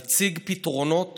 נציג פתרונות